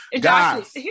Guys